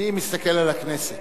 אני מסתכל על הכנסת.